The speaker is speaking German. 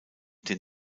den